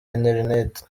internet